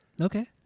Okay